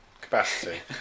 capacity